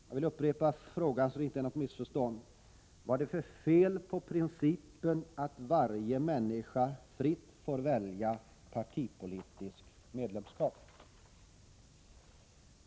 Jag upprepar frågan så att det inte blir något missförstånd: Vad är det för fel på principen att varje människa fritt får välja partipolitiskt medlemskap?